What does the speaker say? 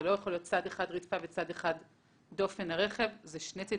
זה לא יכול להיות צד אחד רצפה וצד אחד דופן הרכב אלא אלה שני צדי